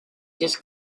just